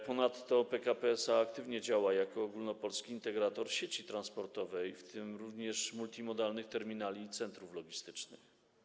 Ponadto PKP SA aktywnie działa jako ogólnopolski integrator sieci transportowej, w tym również multimodalnych terminali i centrów logistycznych.